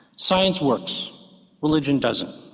science works religion doesn't,